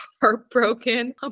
heartbroken